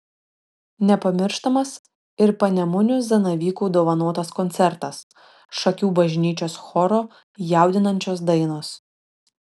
nepamirštamas ir panemunių zanavykų dovanotas koncertas šakių bažnyčios choro jaudinančios dainos